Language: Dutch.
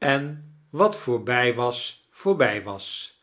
en wat voorbij was voorbij was